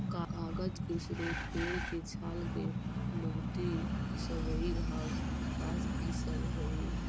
कागज के स्रोत पेड़ के छाल के लुगदी, सबई घास, बाँस इ सब हई